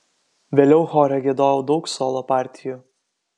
vėliau chore giedojau daug solo partijų